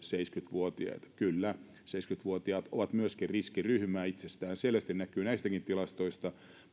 seitsemänkymmentä vuotiaita kyllä seitsemänkymmentä vuotiaat ovat myöskin riskiryhmää itsestäänselvästi se näkyy näistäkin tilastoista